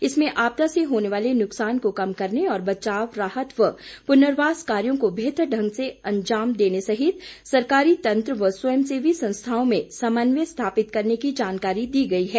इसमें आपदा से होने वाले नुकसान को कम करने और बचाव राहत व पुर्नवास कार्यों को बेहतर ढंग से अंजाम देने सहित सरकारी तंत्र व स्वयं सेवी संस्थाओं में समन्वय स्थापित करने की जानकारी दी गई है